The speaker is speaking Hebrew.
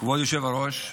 כבוד היושב-ראש,